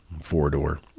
four-door